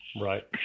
Right